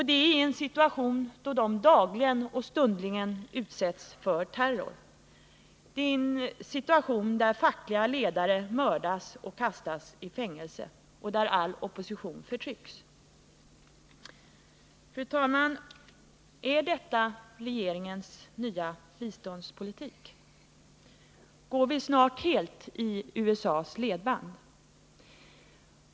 Detta sker i en situation där människor dagligen och stundligen utsätts för terror, där fackliga ledare mördas eller kastas i fängelse och där all opposition förtrycks. Fru talman! Är detta regeringens nya biståndspolitik? Går vi snart helt i USA:s ledband?